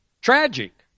Tragic